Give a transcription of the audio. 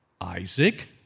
Isaac